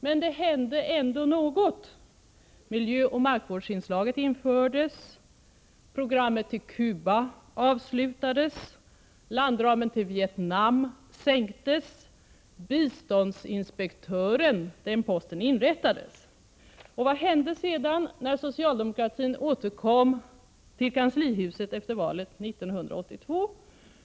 Men det hände ändå något: Miljöoch markvårdsanslaget infördes, programmet till Cuba avslutades, landramen till Vietnam sänktes och posten som biståndsinspektör inrättades. Vad hände sedan, när socialdemokraterna återkom till kanslihuset efter valet 1982?